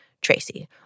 Tracy